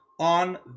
on